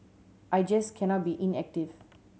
I just cannot be inactive